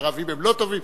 שהערבים הם לא טובים?